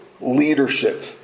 leadership